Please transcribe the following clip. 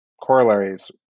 corollaries